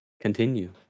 continue